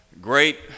great